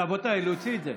רבותיי, להוציא את זה.